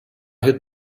hit